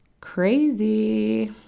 crazy